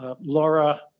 Laura